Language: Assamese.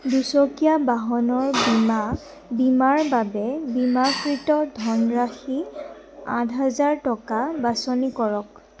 দুচকীয়া বাহনৰ বীমা বীমাৰ বাবে বীমাকৃত ধনৰাশি আঠ হাজাৰ টকা বাছনি কৰক